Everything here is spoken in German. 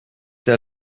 das